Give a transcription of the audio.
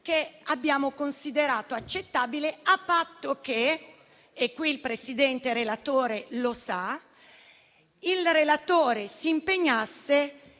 che abbiamo considerato accettabile, a patto che - e questo il Presidente relatore lo sa - il relatore si impegnasse